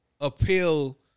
appeal